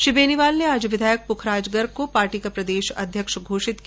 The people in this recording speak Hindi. श्री बेनीवाल ने आज विधायक पूखराज गर्ग को पार्टी का प्रदेश अध्यक्ष घोषित किया